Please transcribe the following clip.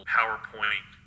PowerPoint